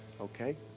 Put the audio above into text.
Okay